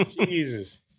Jesus